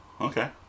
Okay